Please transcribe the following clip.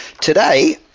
Today